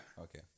Okay